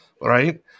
right